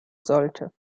sollte